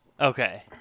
Okay